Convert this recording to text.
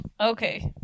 Okay